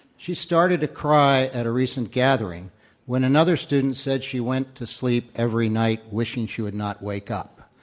she started to cry at a recent gathering when another student said she went to sleep every night wishing she would not wake up.